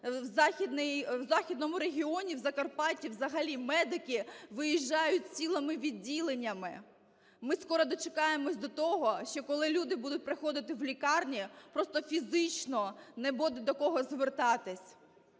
В Західному регіоні, в Закарпатті, взагалі медики виїжджають цілими відділеннями. Ми скоро дочекаємося до того, що коли люди будуть приходити в лікарні, просто фізично не буде до кого звертатися.